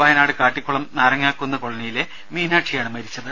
വയനാട് കാട്ടിക്കുളം നാരങ്ങാക്കുന്ന് കോളനിയിലെ മീനാക്ഷി ആണ് മരിച്ചത്